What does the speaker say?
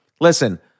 listen